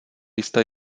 jste